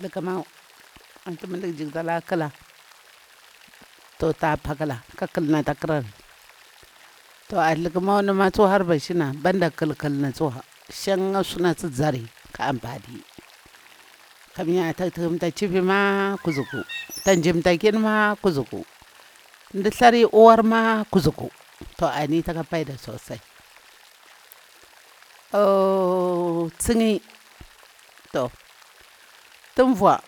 Thugmau anti mah daƙ jigtalar ƙulah toh tah taƙalah kah ƙulni atah karari. Toh a thumau ni mah, tsu har bahshina banda kalkani tsuwa, shankha sunasi zahri ka ampani, kami ya tah tuhumta chivi mah kuzuku, tah njimta kini ma kuzuku ndi thari uwar mah kuzuku toh ani taka paida susai. Au tsinkhai toh tunvuh